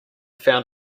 found